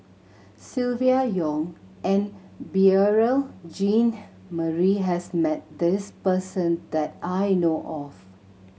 Silvia Yong and Beurel Jean Marie has met this person that I know of